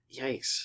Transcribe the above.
Yikes